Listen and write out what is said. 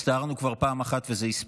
הצטערנו כבר פעם אחת, וזה הספיק.